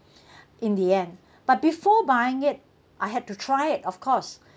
in the end but before buying it I had to try it of course